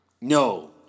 No